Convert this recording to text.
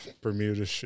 Bermuda